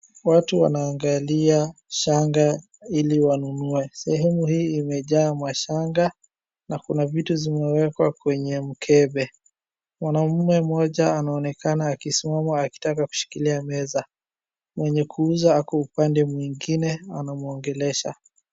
Watu wanaangalia shanga ili wanunue. Sehemu hii imejaa mashanga na kuna vitu zimewekwa kwenye mkebe. Mwanaume mmoja anaonekana akisimama akitaka kushikilia meza. Mwenye kuuza ako upande mwingine anamwongelesha.